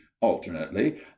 alternately